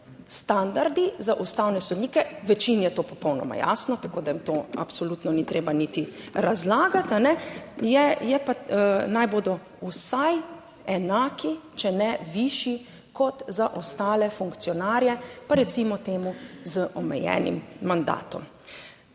standardi za ustavne sodnike - večini je to popolnoma jasno, tako da jim to absolutno ni treba niti razlagati - vsaj enaki, če ne višji kot za ostale funkcionarje, pa recimo temu z omejenim mandatom.